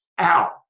ow